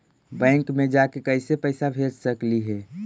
Bank मे जाके कैसे पैसा भेज सकली हे?